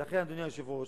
ולכן, אדוני היושב-ראש,